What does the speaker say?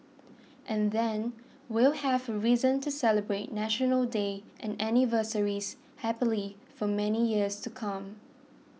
and then we'll have reason to celebrate National Day and anniversaries happily for many years to come